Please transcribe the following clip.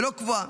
לא קבועה,